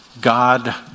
God